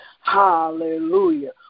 Hallelujah